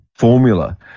Formula